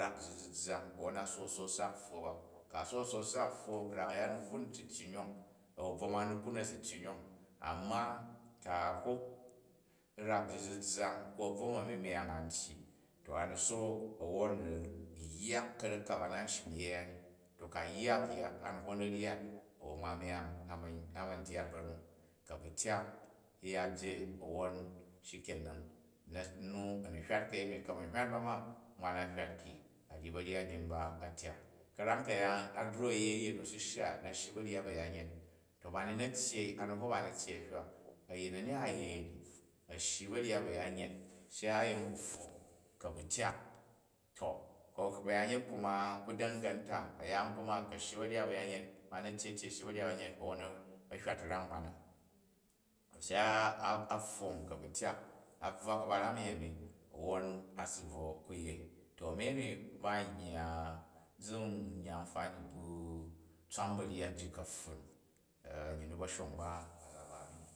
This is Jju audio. rak ji, zi zzang awnon, a sook sook sak u pfwo ba, ku̱ a sook sook sak u pfwo, rak uya ni kun u si tyyi nyong, a̱bvom a ani krun a̱ si tyyi nyong. Amma, ku̱ a hok rak ji zi zlang ko a̱bvon ami mujang a n tyyi, to a ni sook a̱ wwon u̱ yyak ka̱rek ka ba na n shrim yei u ni. To ku̱ a̱ yyak yyak a̱ ni hok na̱ ryat a̱wwon nwan nyang a̱ ma̱ dyat banu. Ku̱ a̱ bu tyak yi ya byei wwon shikensan. Nu a̱ni hywat ka̱ymi ku̱ a̱ ma̱ hywat ba ma, nwa a hywat ki a̱ ma̱ hywat ba ma, nwa a hywat ki a ryi ba̱nyat ujin ba a tyak. Ka̱ram ka̱yaan a drok u yei a̱yin nu u̱ si shya na̱ shyi u ba̱ryat bu a̱nyanyet, to bani na̱ tyyei a ni hok ba na̱ tyyei a̱ hywa, a̱njin a̱ni a̱ yei ni, a̱ shyi u ba̱nyat bu a̱nyanyet, se a yen pfong ku̱ a̱ bu tyak to, ko ba̱yanyet kuma ku dagantu a̱yaan, ku̱ a shyi u̱ ba̱ryat bu a̱yanyet banu na̱ tyyei tyee a shyi u ba̱nyat bu a̱yanyet a̱wwon a̱ hywat rang nwon na. To se a pfong ku̱ a̱ bu tyak, a bvwa ka̱baram u̱yemi wwon a si bvo ku yei to a̱ mi ami ba n yya, zi n yaya anfani bn tswan ba̱ryat ji kapfun a̱nyyi wu ba̱shong ba, ba za ba mi ni.